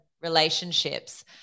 relationships